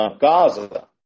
Gaza